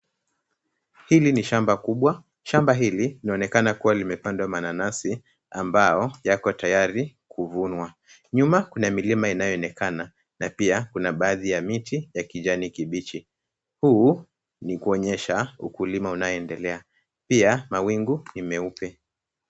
Hili ni shamba kubwa. Shamba hili linaonekana kuwa limepandwa mananasi ambao yako tayari kuvunwa. Nyuma kuna milima inayoonekana na pia kuna baadhi ya miti ya kijani kibichi. Huu ni kuonyesha ukulima unaonendelea. Pia, mawingu ni meupe.